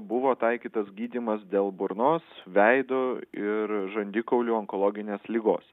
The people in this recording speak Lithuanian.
buvo taikytas gydymas dėl burnos veido ir žandikaulių onkologinės ligos